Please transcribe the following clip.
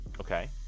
okay